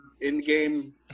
in-game